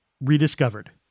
rediscovered